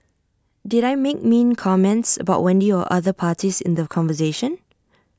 did I make mean comments about Wendy or other parties in the conversation